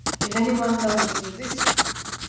if any one does a thing of this kind,